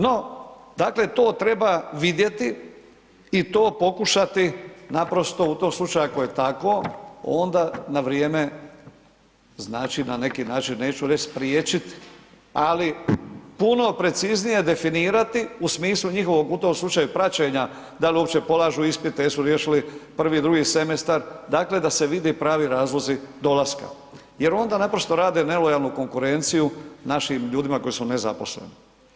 No, dakle to treba vidjeti i to pokušati naprosto, u tom slučaju, ako je tako, onda na vrijeme znači na neki način, neću reći spriječiti, ali puno preciznije definirati u smislu njihovog u tom slučaju praćenja, da li uopće polažu ispite, jesu riješili prvi i drugi semestar, dakle da se vide pravi razlozi dolaska jer onda naprosto rade nelojalnu konkurenciju našim ljudima koji su nezaposleni.